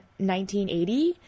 1980